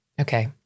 Okay